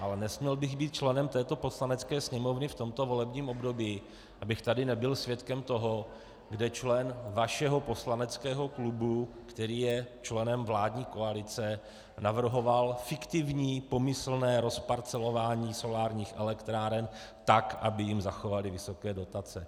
Ale nesměl bych být členem této Poslanecké sněmovny v tomto volebním období, abych tady nebyl svědkem toho, kdy člen vašeho poslaneckého klubu, který je členem vládní koalice, navrhoval fiktivní pomyslné rozparcelování solárních elektráren tak, aby jim zachovali vysoké dotace.